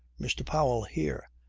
mr. powell here.